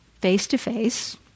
face-to-face